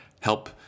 help